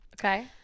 Okay